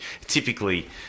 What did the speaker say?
Typically